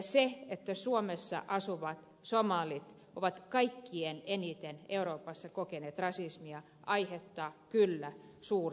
se että suomessa asuvat somalit ovat kaikkein eniten euroopassa kokeneet rasismia aiheuttaa kyllä suurta huolta